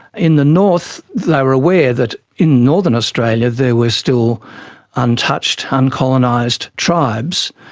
in the north they were aware that in northern australia there were still untouched, uncolonised tribes,